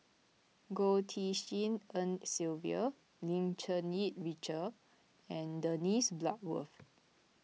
Goh Tshin En Sylvia Lim Cherng Yih Richard and Dennis Bloodworth